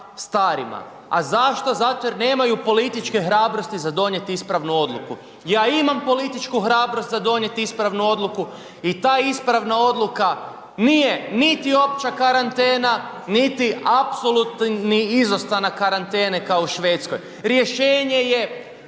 starima. A zašto? Zato jer nemaju političke hrabrosti za donijet ispravnu odluku. Ja imam političku hrabrost za donijet ispravnu odluku i ta ispravna odluka nije niti opća karantena, niti apsolutni izostanak karantene kao u Švedskoj. Rješenje je